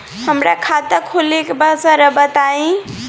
हमरा खाता खोले के बा जरा बताई